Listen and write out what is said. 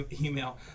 email